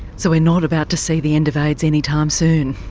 so we're not about to see the end of aids anytime soon.